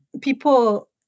people